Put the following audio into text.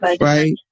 right